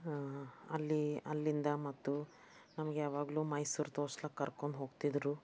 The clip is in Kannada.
ಅಲ್ಲಿ ಅಲ್ಲಿಂದ ಮತ್ತು ನಮ್ಗೆ ಯಾವಾಗಲೂ ಮೈಸೂರು ತೋರ್ಸ್ಲಿಕ್ಕೆ ಕರ್ಕೊಂಡು ಹೋಗ್ತಿದ್ದರು